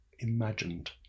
imagined